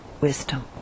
wisdom